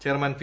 chairman P